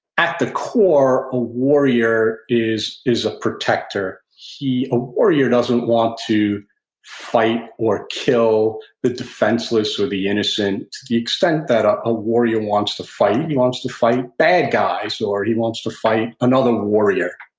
at the core a warrior is is a protector. a warrior doesn't want to fight or kill the defenseless or the innocent. to the extent that a a warrior wants to fight, he wants to fight bad guys, or he wants to fight another warrior.